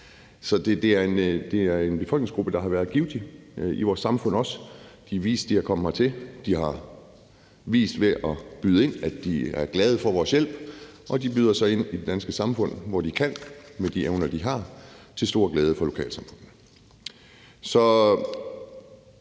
så det er en befolkningsgruppe, der har været givtig i vores samfund også. De er kommet hertil, og de har vist ved at byde ind, at de er glade for vores hjælp, og de byder sig til i det danske samfund, hvor de kan, og med de evner, de har, til stor glæde for lokalsamfundene.